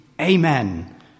Amen